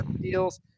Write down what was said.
deals